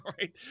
right